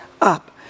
up